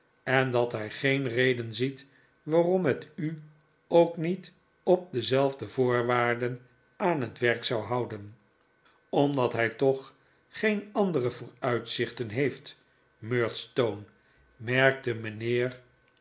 en dat hij geen reden ziet waarom het u ook niet op dezelfde voorwaarden aan het werk zou houden omdat hij toch geen andere vooruitzichten heeft murdstone merkte mijnheer